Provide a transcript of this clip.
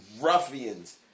ruffians